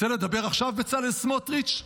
רוצה לדבר עכשיו, בצלאל סמוטריץ'?